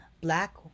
black